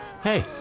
Hey